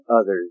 others